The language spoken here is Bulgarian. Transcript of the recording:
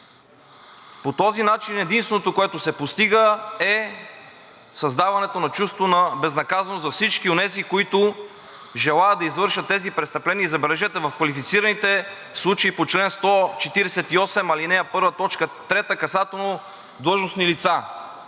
По този начин единственото, което се постига, е създаването на чувство на безнаказаност за всички онези, които желаят да извършат тези престъпления. И забележете, в квалифицираните случаи по чл. 148, ал. 1, т. 3 касателно длъжностни лица